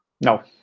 No